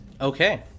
Okay